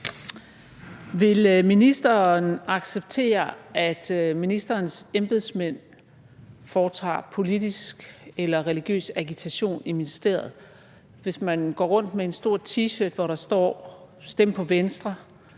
Vil ministeren acceptere, at ministerens embedsmænd foretager politisk eller religiøs agitation i ministeriet? Hvis man går rundt med en stor T-shirt, hvorpå der står »Stem på Venstre,